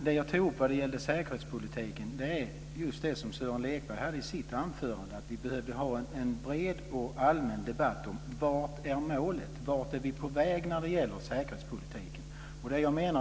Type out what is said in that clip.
Det jag tror på när det gäller säkerhetspolitiken är just det som Sören Lekberg sade i sitt anförande, att vi behöver ha en bred och allmän debatt om målet, vart vi är på väg i säkerhetspolitiken.